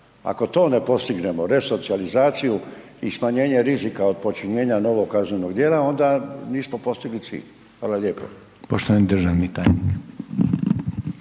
Ako to ne postignemo resocijalizaciju i smanjenje rizika od počinjenja novog kaznenog djela onda nismo postigli cilj. Hvala lijepo. **Reiner, Željko